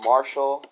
Marshall